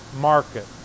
market